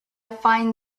find